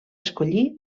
escollir